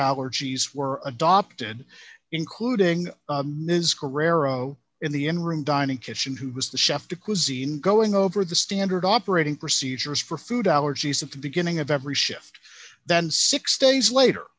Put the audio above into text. allergies were adopted including ms guerrero in the in room dining kitchen who was the chef de cuisine going over the standard operating procedures for food allergies of the beginning of every shift then six days later